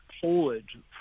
forward